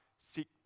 Seek